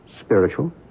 spiritual